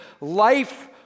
life